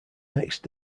next